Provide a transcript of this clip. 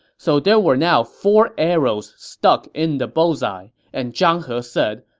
so there were now four arrows stuck in the bullseye, and zhang he said,